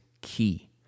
key